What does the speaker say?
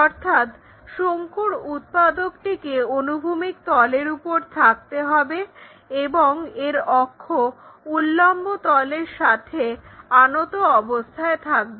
অর্থাৎ শঙ্কুর উৎপাদকটিকে অনুভূমিক তলের উপর থাকতে হবে এবং এর অক্ষ উল্লম্ব তলের সাথে আনত অবস্থায় থাকবে